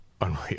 Unreal